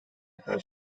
her